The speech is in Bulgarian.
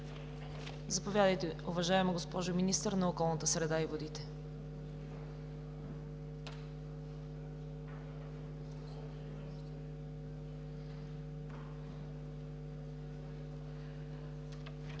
Заповядайте, уважаема госпожо Министър на околната среда и водите.